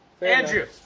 Andrew